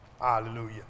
Hallelujah